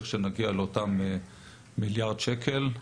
לכשנגיע לאותם מיליארד שקל.